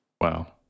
Wow